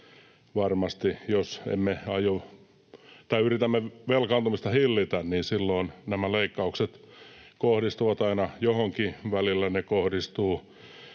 varmasti, jos yritämme velkaantumista hillitä, silloin nämä leikkaukset kohdistuvat aina johonkin. Välillä ne kohdistuvat